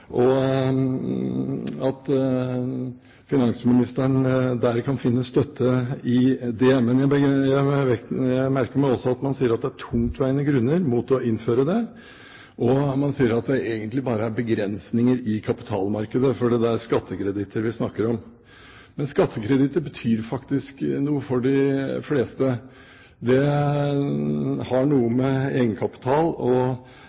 at finansministeren der kan finne støtte i det, men jeg merker meg også at man sier at det er tungtveiende grunner mot å innføre det, og man sier at det egentlig bare er begrensninger i kapitalmarkedet fordi det er skattekreditter vi snakker om. Men skattekreditter betyr faktisk noe for de fleste. Det har noe